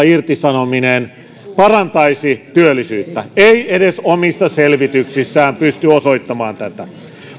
irtisanominen parantaisi työllisyyttä ei edes omissa selvityksissään pysty osoittamaan tätä